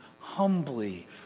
humbly